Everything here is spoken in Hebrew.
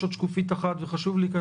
יש עוד שקופית אחת וחשוב לי כי אני